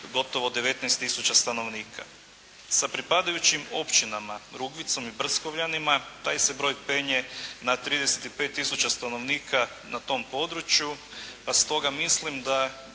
gotovo 19 tisuća stanovnika. Sa pripadajućim općinama Rugvizom i Brckovljanima taj se broj penje na 35 tisuća stanovnika na tom području, pa stoga mislim da